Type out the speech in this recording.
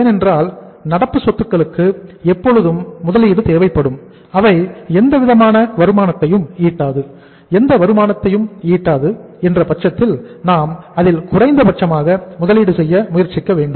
ஏனென்றால் நடப்பு சொத்துக்களுக்கு எப்பொழுதும் முதலீடு தேவைப்படும் அவை எந்தவிதமான வருமானத்தையும் ஈட்டாது எந்த வருமானத்தையும் ஈட்டாது என்ற பட்சத்தில் நாம் அதில் குறைந்தபட்சமாக முதலீடு செய்ய முயற்சிக்க வேண்டும்